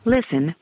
Listen